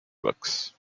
books